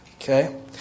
Okay